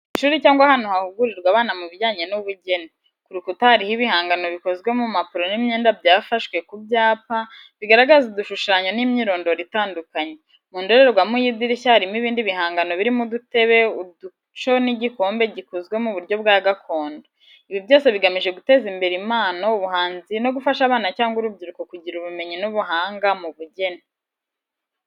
Ishuri cyangwa ahantu hahugurirwa abana mu bijyanye n’ubugeni. Ku rukuta hariho ibihangano bikozwe mu mpapuro n’imyenda byafashwe ku byapa, bigaragaza udushushanyo n’imyirondoro itandukanye. Mu ndorerwamo y’idirishya, harimo ibindi bihangano birimo udutebe, uduco n’ibikombe bikozwe mu buryo bwa gakondo. Ibi byose bigamije guteza imbere impano, ubuhanzi no gufasha abana cyangwa urubyiruko kugira ubumenyi n’ubuhanga mu bugeni.